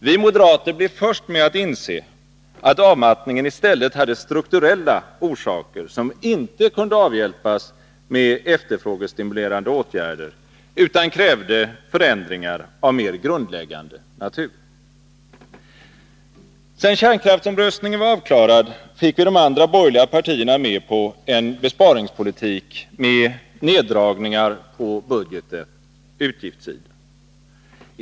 Vi moderater blev först med att inse att avmattningen i stället hade strukturella orsaker, som inte kunde avhjälpas med efterfrågestimulerande åtgärder utan krävde förändringar av mer grundläggande natur. Sedan kärnkraftsomröstningen var avklarad, fick vi de andra borgerliga partierna med på en besparingspolitik med neddragningar på budgetens utgiftssida.